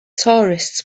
tourists